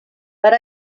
per